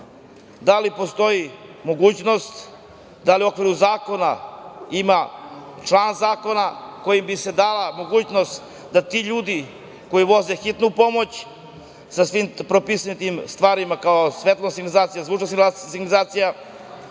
da li postoji mogućnost, da li u okviru zakona ima član zakona kojim bi se dala mogućnost da ti ljudi koji voze hitnu pomoć sa svim tim propisanim stvarima, kao što su svetlosna i zvučna signalizacija,